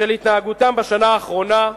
של התנהגותם בשנה האחרונה,